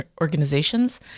organizations